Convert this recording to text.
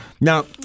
Now